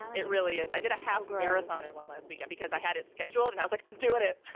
it really is. i did a half marathon in one last week and because i had it scheduled and i was like, i'm doing it.